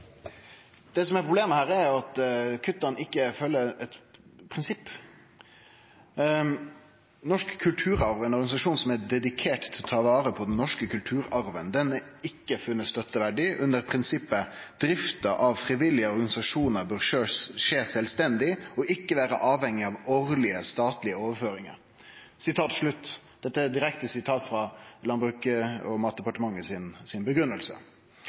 Det som er problemet, er at kutta ikkje følgjer eit prinsipp. Norsk Kulturarv, ein organisasjon som er dedikert til å ta vare på den norske kulturarven, er ikkje funnen støtteverdig etter dette prinsippet: «Drifta av frivillige organisasjonar bør skje sjølvstendig, og ikkje vere avhengig av årlege statlege overføringar.» Dette er eit direkte sitat frå Landbruks- og matdepartementet